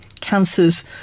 cancers